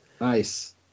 Nice